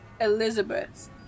elizabeth